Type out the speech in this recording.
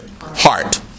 heart